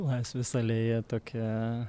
laisvės alėja tokia